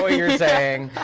ah you're saying.